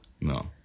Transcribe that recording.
no